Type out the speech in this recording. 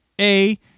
A-